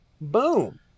Boom